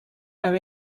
are